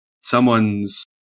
someone's